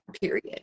period